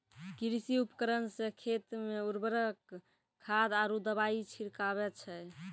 कृषि उपकरण सें खेत मे उर्वरक खाद आरु दवाई छिड़कावै छै